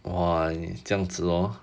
哇你这样子 lor